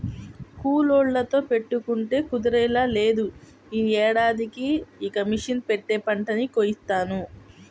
కూలోళ్ళతో పెట్టుకుంటే కుదిరేలా లేదు, యీ ఏడాదికి ఇక మిషన్ పెట్టే పంటని కోయిత్తాను